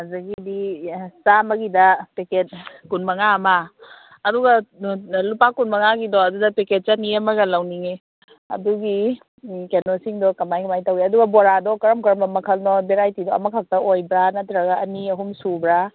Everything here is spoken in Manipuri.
ꯑꯗꯒꯤꯗꯤ ꯆꯥꯝꯃꯒꯤꯗ ꯄꯦꯛꯀꯦꯠ ꯀꯨꯟꯃꯉꯥ ꯑꯃ ꯑꯗꯨꯒ ꯂꯨꯄꯥ ꯀꯨꯟꯃꯉꯥꯒꯤꯗꯣ ꯑꯗꯨꯗ ꯄꯦꯛꯀꯦꯠ ꯆꯅꯤ ꯑꯃꯒ ꯂꯧꯅꯤꯡꯉꯤ ꯑꯗꯨꯒꯤ ꯎꯝ ꯀꯩꯅꯣꯁꯤꯡꯗꯣ ꯀꯃꯥꯏ ꯀꯃꯥꯏꯅ ꯇꯧꯋꯤ ꯑꯗꯨꯒ ꯕꯣꯔꯥꯗꯣ ꯀꯔꯝ ꯀꯔꯝꯕ ꯃꯈꯜꯅꯣ ꯚꯦꯔꯥꯏꯇꯤ ꯑꯃꯈꯛꯇ ꯑꯣꯏꯕ꯭ꯔꯥ ꯅꯠꯇ꯭ꯔꯒ ꯑꯅꯤ ꯑꯍꯨꯝ ꯁꯨꯕ꯭ꯔꯥ